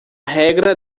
regra